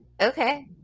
okay